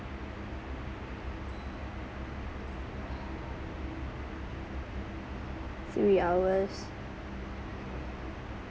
three hours